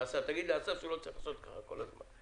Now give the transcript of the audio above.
תגיד גם לאסף שלא צריך לעשות ככה כל הזמן.